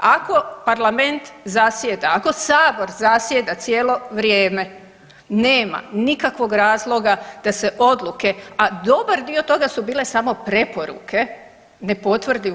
Ako parlament zasjeda, ako sabor zasjeda cijelo vrijeme nema nikakvog razloga da se odluke, a dobar dio toga su bile samo preporuke, ne potvrdi u HS.